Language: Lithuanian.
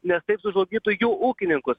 nes taip sužlugdytų jų ūkininkus